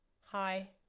Hi